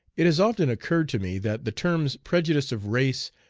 it has often occurred to me that the terms prejudice of race,